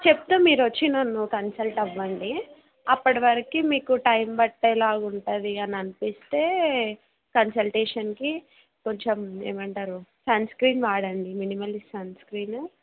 చెప్తా మీరు వచ్చి నన్ను కన్సల్ట్ అవ్వండి అప్పటి వరకు మీకు టైం బట్టేలాగుంటాదని మీకనిపిస్తే కన్సల్టేషన్కి కొంచెం ఏమంటారు సన్ స్క్రీన్ వాడండి మినిమల్లి సన్ స్క్రీన్